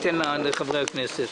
אתן לחברי הכנסת.